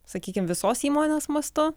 sakykim visos įmonės mastu